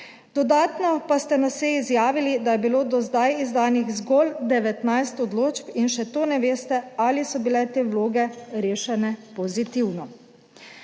Dodatno pa ste na seji izjavili, da je bilo do zdaj izdanih zgolj 19 odločb, in še to ne veste, ali so bile te vloge rešene pozitivno.